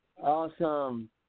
Awesome